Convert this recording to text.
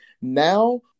Now